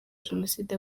jenoside